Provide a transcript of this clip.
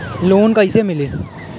Loan कइसे मिलि?